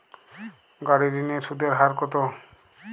গাড়ির ঋণের সুদের হার কতো?